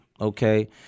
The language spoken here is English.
okay